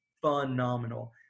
phenomenal